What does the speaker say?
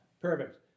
Perfect